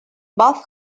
both